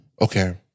Okay